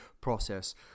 process